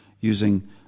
using